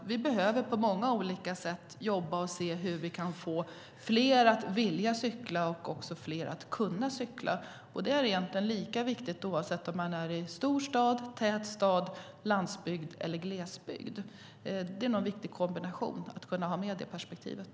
Vi behöver på många sätt jobba med och se hur vi kan få fler att vilja cykla och fler att kunna cykla. Det är egentligen lika viktigt, oavsett om man är i stor stad, tät stad, landsbygd eller glesbygd. Det är nog en viktig kombination, att kunna ha med det perspektivet.